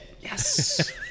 Yes